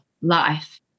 life